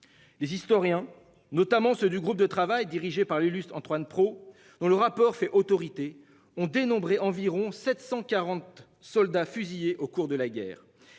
Les historiens, notamment ceux du groupe de travail dirigé par l'illustre Antoine pro dont le rapport fait autorité. On dénombrait environ 740 soldats, fusillés au cours de la guerre.